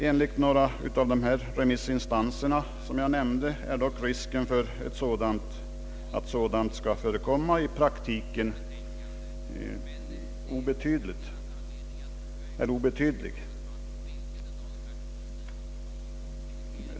En av de remissinstanser som jag nämnde har särskilt uttalat, att risken för att någonting sådant skall förekomma i praktiken är obetydlig.